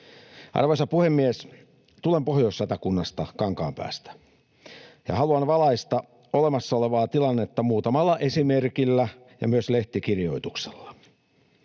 Arvoisa puhemies! Tulen Pohjois-Satakunnasta Kankaanpäästä ja haluan valaista olemassa olevaa tilannetta muutamalla esimerkillä ja myös lehtikirjoituksella.